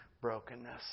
brokenness